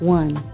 one